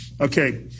okay